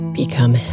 become